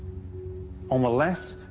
on the left,